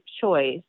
choice